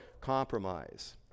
compromise